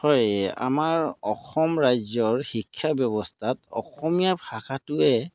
হয় আমাৰ অসম ৰাজ্যৰ শিক্ষা ব্যৱস্থাত অসমীয়া ভাষাটোৱে